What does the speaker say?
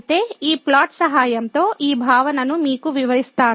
అయితే ఈ ప్లాట్ సహాయంతో ఈ భావనను మీకు వివరిస్తాను